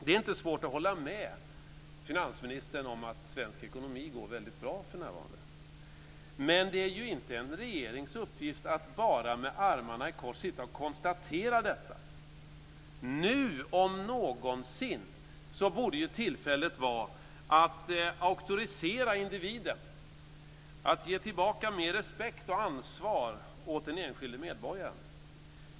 Det är inte svårt att hålla med finansministern om att svensk ekonomi för närvarande går väldigt bra. Men det är ju inte en regerings uppgift att bara, med armarna i kors, sitta och konstatera detta. Nu om någonsin borde det vara tillfälle att auktorisera individen, att ge tillbaka mer respekt och ansvar åt den enskilde medborgaren.